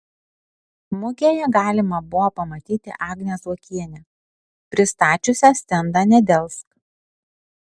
mugėje galima buvo pamatyti agnę zuokienę pristačiusią stendą nedelsk